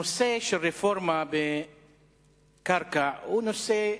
הנושא של רפורמה בקרקע הוא נושא,